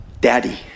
Daddy